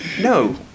no